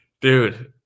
dude